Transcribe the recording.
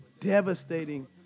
devastating